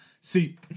See